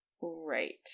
Right